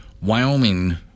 Wyoming